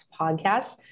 podcast